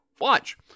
Watch